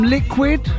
Liquid